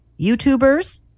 YouTubers